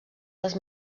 les